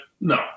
no